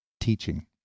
teaching